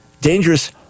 dangerous